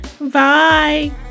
Bye